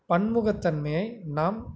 பன்முகத்தன்மையை நாம்